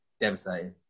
devastating